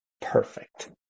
perfect